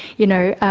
you know,